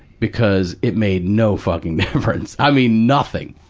because it made no fucking difference. i mean, nothing.